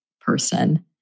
person